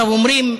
אומרים: